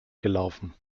gelaufen